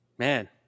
Man